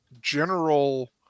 general